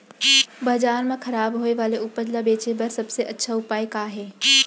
बाजार मा खराब होय वाले उपज ला बेचे बर सबसे अच्छा उपाय का हे?